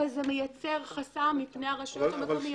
אבל זה מייצר חסם מפני הרשויות המקומיות.